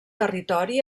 territori